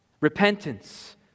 repentance